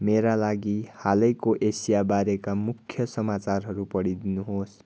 मेरा लागि हालैको एसियाबारेका मुख्य समाचारहरू पढिदिनुहोस्